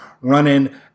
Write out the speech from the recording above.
running